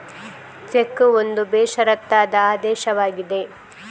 check ಒಂದು ಬೇಷರತ್ತಾದ ಆದೇಶವಾಗಿದೆ